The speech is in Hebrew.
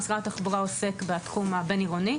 משרד התחבורה עוסק בתחום הבין עירוני.